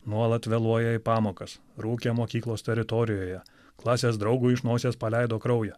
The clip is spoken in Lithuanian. nuolat vėluoja į pamokas rūkė mokyklos teritorijoje klasės draugui iš nosies paleido kraują